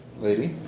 lady